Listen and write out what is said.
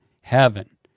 Heaven